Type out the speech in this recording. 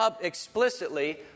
explicitly